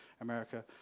America